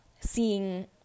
seeing